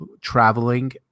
traveling